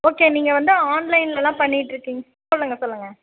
okay நீங்கள் வந்து ஆன்லைன்லலாம் பண்ணியிட்டுருக்கிங் சொல்லுங்கள் சொல்லுங்கள்